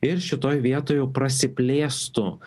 ir šitoj vietoj jau prasiplėstų